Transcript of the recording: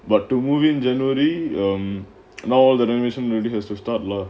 but to move in january um now that innovation really has to start lah